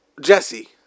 Jesse